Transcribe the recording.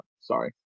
Sorry